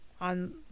on